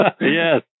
Yes